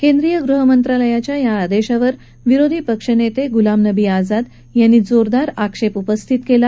केंद्रीय गृहमंत्रालयाच्या या आदेशावर विरोधी पक्षनेते गुलाम नवी आझाद यांनी जोरदार हरकत घेतली